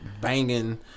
banging